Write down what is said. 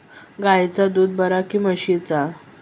गायचा दूध बरा काय म्हशीचा?